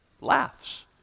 laughs